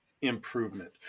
IMPROVEMENT